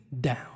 down